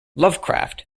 lovecraft